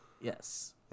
Yes